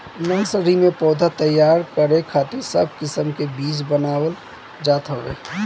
nursery में पौधा तैयार करे खातिर सब किस्म के बीज बनावल जात हवे